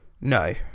No